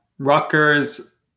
Rutgers